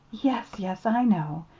yes, yes, i know,